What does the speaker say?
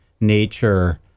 nature